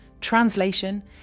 translation